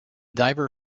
diver